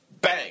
bang